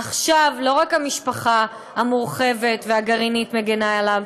עכשיו לא רק המשפחה המורחבת והגרעינית מגינה עליו,